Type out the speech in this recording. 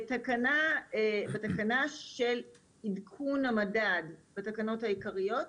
בתקנה של עדכון המדד, בתקנות העיקריות,